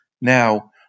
Now